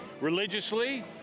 Religiously